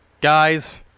Guys